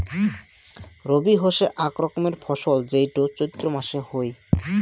রবি হসে আক রকমের ফসল যেইটো চৈত্র মাসে হই